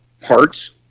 parts